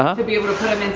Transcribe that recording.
um to be able to put them and